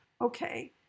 okay